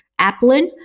Applin